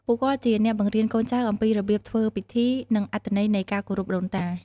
ពួកគាត់ជាអ្នកបង្រៀនកូនចៅអំពីរបៀបធ្វើពិធី និងអត្ថន័យនៃការគោរពដូនតា។